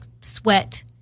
sweat